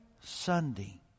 Sunday